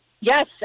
Yes